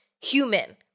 human